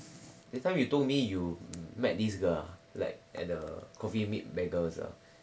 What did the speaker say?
that time you told me you met this girl uh like at the coffee meets bagel ah